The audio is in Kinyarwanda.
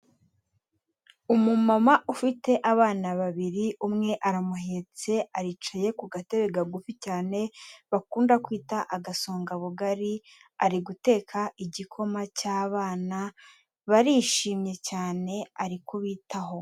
Umumama ufite abana babiri, umwe aramuhetse, aricaye ku gatebe kagufi cyane bakunda kwita agasongabugari, ari guteka igikoma cy'abana, barishimye cyane ari kubitaho.